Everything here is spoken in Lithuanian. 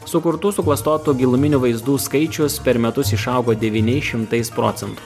sukurtų suklastotų giluminių vaizdų skaičius per metus išaugo devyniais šimtais procentų